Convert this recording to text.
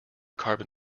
carbon